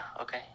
okay